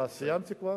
סיימתי כבר?